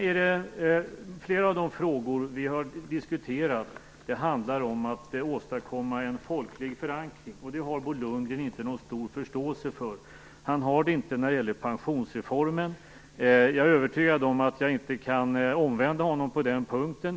I flera av de frågor som vi har diskuterat handlar det om att åstadkomma en folklig förankring. Det har inte Bo Lundgren någon stor förståelse för. Han har det inte när det gäller pensionsreformen. Jag är övertygad om att jag inte kan omvända honom på den punkten.